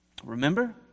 Remember